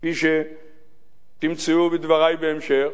כפי שתמצאו בדברי בהמשך,